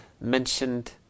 mentioned